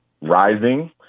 rising